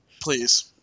Please